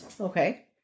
Okay